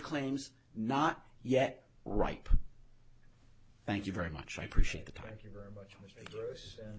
claims not yet right thank you very much i appreciate the time you very much